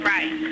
Right